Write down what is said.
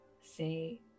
say